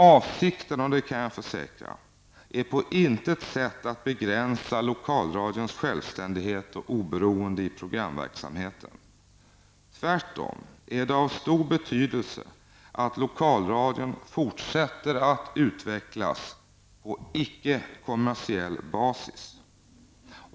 Avsikten är på intet sätt, det kan jag försäkra, att begränsa Lokalradions självständighet och oberoende i programverksamheten. Tvärtom är det av stor betydelse att Lokalradion fortsätter att utvecklas på icke-kommersiell basis.